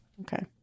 Okay